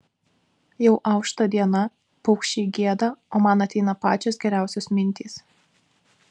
jau aušta diena paukščiai gieda o man ateina pačios geriausios mintys